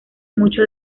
mucho